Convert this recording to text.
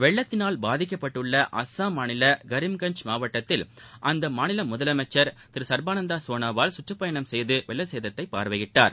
வெள்ளத்தினால் பாதிக்கப்பட்டுள்ள அசாம் மாநில கிீம்கஞ்ச் மாவட்டத்தில் அந்த மாநில முதலமைச்ச் திரு சா்பானந்தா சோனாவால் சுற்றுப்பயணம் செய்து வெள்ளச்சேதத்தை பார்வையிட்டார்